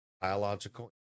biological